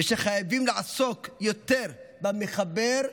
ושחייבים לעסוק יותר במחבר,